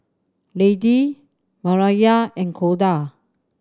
Lady Myrna and Koda